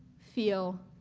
feel,